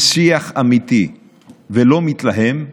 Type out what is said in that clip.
שיח אמיתי ולא מתלהם,